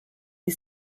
les